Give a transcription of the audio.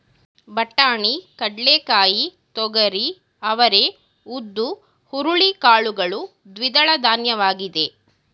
ಬಟಾಣಿ, ಕಡ್ಲೆಕಾಯಿ, ತೊಗರಿ, ಅವರೇ, ಉದ್ದು, ಹುರುಳಿ ಕಾಳುಗಳು ದ್ವಿದಳಧಾನ್ಯವಾಗಿದೆ